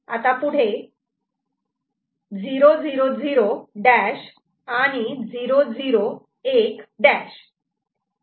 आता पुढे 0 0 0 डॅश आणि 0 0 1 डॅश